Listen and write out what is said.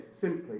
simply